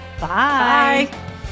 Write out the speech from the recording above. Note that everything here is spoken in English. Bye